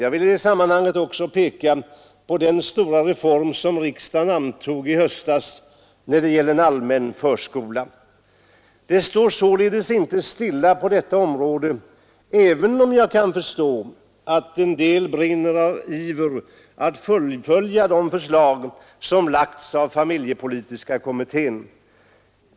Jag vill i det sammanhanget även peka på den stora reform som riksdagen antog i höstas innebärande en allmän förskola. Det står således inte stilla på detta område, även om jag kan förstå att en del brinner av iver att fullfölja de förslag som framlagts av familjepolitiska kommittén.